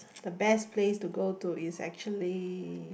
the best place to go to is actually